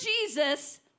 Jesus